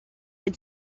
had